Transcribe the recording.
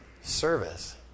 service